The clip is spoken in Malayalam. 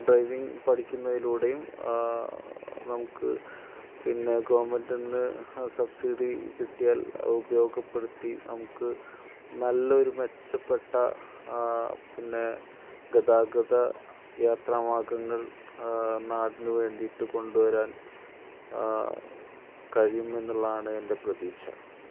ഡ്രൈവിംഗ് പഠിക്കുന്നതിലൂടെയും നമുക്ക് പിന്നെ ഗവർണ്മെന്റ്റില്നിന്ന് സബ്സിഡി കിട്ടിയാല് ഉപയോഗപ്പെടുത്തി നമുക്ക് നല്ലൊരു മെച്ചപ്പെട്ട പിന്നെ ഗതാഗത യാത്രാ മാർഗ്ഗങ്ങൾ നാടിനുവേണ്ടിയിട്ട് കൊണ്ടുവരാൻ കഴിയുമെന്നുള്ളതാണ് എൻ്റെ പ്രതീക്ഷ